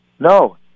No